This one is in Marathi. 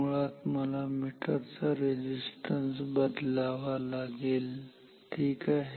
मुळात मला मीटरचा रेझिस्टन्स बदलावा लागेल ठीक आहे